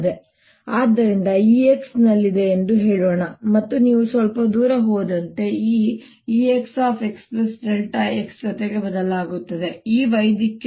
ಆದ್ದರಿಂದ Ex ನಲ್ಲಿದೆ ಎಂದು ಹೇಳೋಣ ಮತ್ತು ನೀವು ಸ್ವಲ್ಪ ದೂರ ಹೋದಂತೆ E Exx x ಜೊತೆಗೆ ಬದಲಾಗುತ್ತದೆ E y ದಿಕ್ಕಿನಲ್ಲಿದೆ